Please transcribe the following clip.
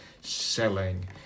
selling